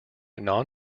non